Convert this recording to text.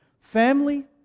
family